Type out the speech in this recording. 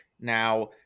now